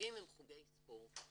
מהחוגים הם חוגי ספורט.